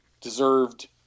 deserved